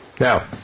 Now